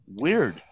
Weird